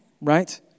Right